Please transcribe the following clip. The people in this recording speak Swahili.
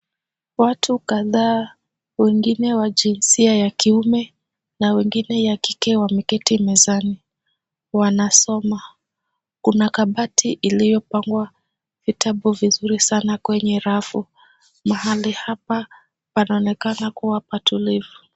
Watu kadhaa wengine wa jinsia ya kiume na wengine ya kike wameketi mezani, wanasoma. Kuna kabati iliyopangwa vitabu vizuri sana kwenye rafu. Mahali hapa panaonekana kuwa patulivu.